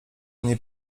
mnie